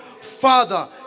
Father